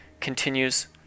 continues